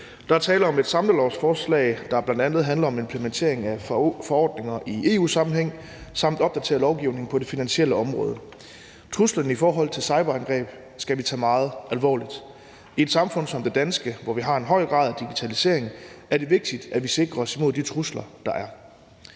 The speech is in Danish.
Der er tale om et samlelovforslag, der bl.a. handler om implementeringen af forordninger i EU-sammenhæng samt at opdatere lovgivning på det finansielle område. Truslen i forhold til cyberangreb skal vi tage meget alvorligt. I et samfund som det danske, hvor vi har en høj grad af digitalisering, er det vigtigt, at vi sikrer os imod de trusler, der er,